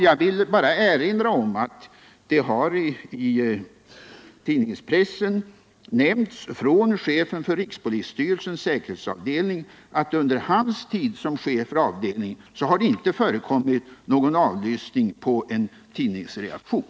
Jag vill bara erinra om att chefen för rikspolisstyrelsens säkerhetsavdelning i pressen har uttalat att det under hans tid som chef för avdelningen inte har förekommit någon avlyssning på en tidningsredaktion.